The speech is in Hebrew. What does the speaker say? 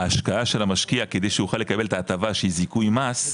ההשקעה של המשקיע כדי שהוא יוכל לקבל את ההטבה שהיא זיכוי מס,